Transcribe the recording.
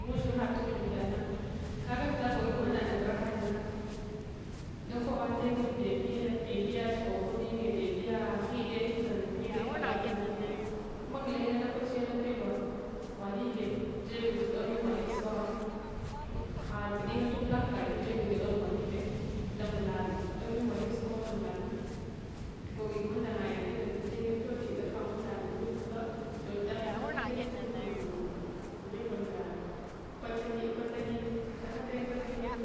Mushmhad tuguluka yadna kaga vila goguyung mandang nɗa guraghayung na dakoɗatayun bebi besiya thuks kobiyungye bebiya ghide tundumy ung ghide kaɗeyung bebiye kuma gulengye lokachiya lapya luwa ghw alive jebuyung tudomuyung ghwalive sukogha tuhadidnga tughula ghuga yun jebyun tudom ghwalive ndam bulame domuyun ghwlive sukogha nda mbukme domuyun ghwalive nda mbulame tugoguyung mandang ɗaɗatutayung tuduyung ɗafa man dang nda ushingha toda gharayung tun negol nda kwaralite taghalayun kwaralite